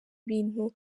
ibintu